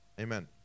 Amen